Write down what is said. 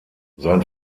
sein